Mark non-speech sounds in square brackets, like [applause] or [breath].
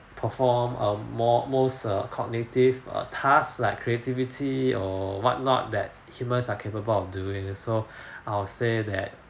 perform a more most uh cognitive err tasks like creativity or what not that humans are capable of doing so [breath] I would say that